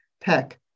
tech